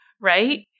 right